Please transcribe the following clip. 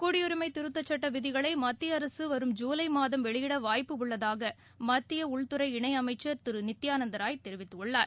குடியுரிமை திருத்தச் சட்ட விதிகளை மத்திய அரசு வரும் ஜூலை மாதம் வெளியிட வாய்ப்பு உள்ளதாக மத்திய உள்துறை இணை அமைச்சர் திரு நித்தியானந்த ராய் தெரிவித்துள்ளார்